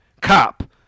cop